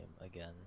again